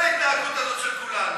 על ההתנהגות של כולנו,